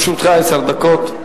לרשותך עשר דקות.